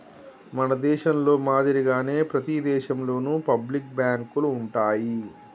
మన దేశంలో మాదిరిగానే ప్రతి దేశంలోను పబ్లిక్ బాంకులు ఉంటాయి